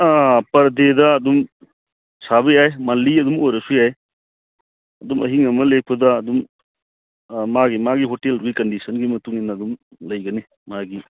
ꯑꯥ ꯄꯔ ꯗꯦꯗ ꯑꯗꯨꯝ ꯁꯥꯕ ꯌꯥꯏ ꯃꯟꯂꯤ ꯑꯗꯨꯝ ꯑꯣꯏꯔꯁꯨ ꯌꯥꯏ ꯑꯗꯨꯃ ꯑꯍꯤꯡ ꯑꯃ ꯂꯦꯛꯄꯗ ꯑꯗꯨꯝ ꯃꯥꯒꯤ ꯃꯥꯒꯤ ꯍꯣꯇꯦꯜꯗꯨꯒꯤ ꯀꯟꯗꯤꯁꯟꯒꯤ ꯃꯇꯨꯡ ꯏꯟꯅ ꯑꯗꯨꯝ ꯂꯩꯒꯅꯤ ꯃꯥꯒꯤ